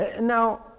Now